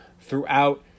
throughout